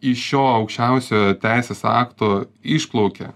iš šio aukščiausiojo teisės akto išplaukia